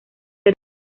ser